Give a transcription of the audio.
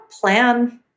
plan